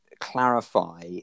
clarify